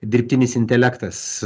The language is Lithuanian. dirbtinis intelektas